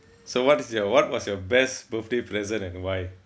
so what is your what was your best birthday present and why